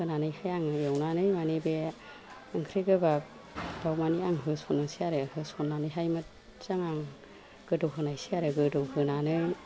होनानैहाय आङो एवनानै मानि बे ओंख्रि गोबाबाव मानि आं होसननोसै आरो होसननानैहाय मोदजां आं गोदौ होनायसै आरो गोदौ होनानै